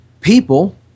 people